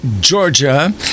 georgia